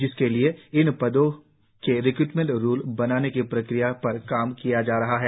जिसके लिए इन पदों के रिक्र्टमेंट रुल बनाने की प्रक्रिया पर काम किया जा रहा है